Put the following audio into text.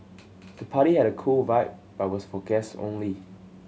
the party had cool vibe but was for guest only